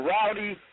Rowdy